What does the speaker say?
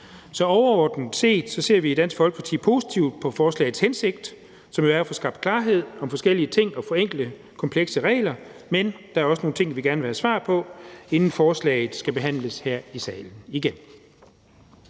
Så overordnet set ser vi i Dansk Folkeparti positivt på forslagets hensigt, som jo er at få skabt en klarhed om forskellige ting og forenkle komplekse regler, men der er også nogle ting, vi gerne vil have svar på, inden forslaget skal behandles her i salen igen.